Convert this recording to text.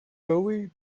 bowie